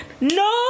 no